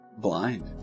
Blind